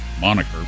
moniker